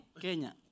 Kenya